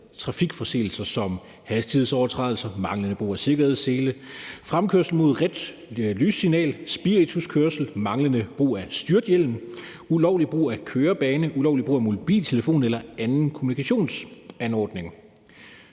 trafikforseelser som hastighedsovertrædelser, manglende brug af sikkerhedssele, fremkørsel mod rødt lyssignal, spirituskørsel, manglende brug af styrthjelm, ulovlig brug af kørebane, ulovlig brug af mobiltelefon eller andre kommunikationsanordninger.